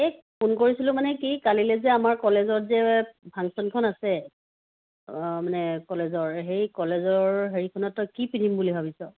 এই ফোন কৰিছিলোঁ মানে কি কাইলৈ যে আমাৰ কলেজত যে ফাংচনখন আছে মানে কলেজৰ সেই কলেজৰ হেৰিখনত তই কি পিন্ধিম বুলি ভাবিছ